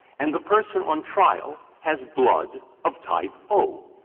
and the person on trial has blood of type o.